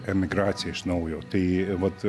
emigracija iš naujo tai vat